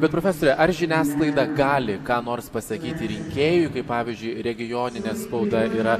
bet profesore ar žiniasklaida gali ką nors pasakyti rinkėjui kaip pavyzdžiui regioninė spauda yra